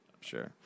Sure